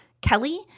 Kelly